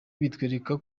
bitwereka